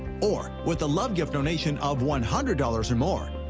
or with a love gift donation of one hundred dollars or more,